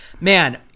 Man